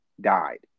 died